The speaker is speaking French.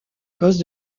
cause